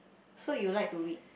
so you like to read